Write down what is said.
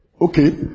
Okay